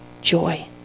joy